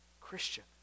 Christian